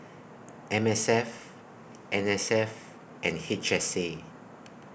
M S F N S F and H S A